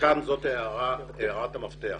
כאן זאת הערת המפתח.